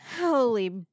Holy